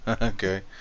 Okay